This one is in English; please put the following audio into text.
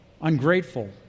ungrateful